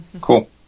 Cool